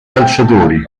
calciatori